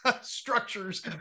structures